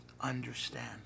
understand